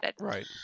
Right